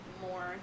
more